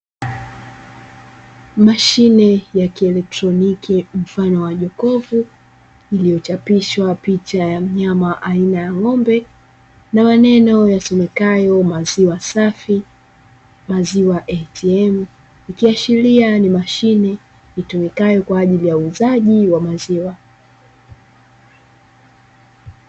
Mashine ya kieletroniki mfano wa jokofu iliyochapishwa picha ya mnyama aina ya ng'ombe na maneno yasomekayo "maziwa safi" na "maziwa ATM". Ikiashiria ni mashine itumikayo kwa ajili ya uuzwaji wa maziwa.